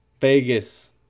Vegas